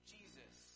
Jesus